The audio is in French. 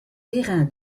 perrin